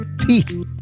teeth